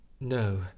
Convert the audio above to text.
No